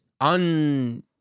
un